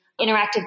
interactive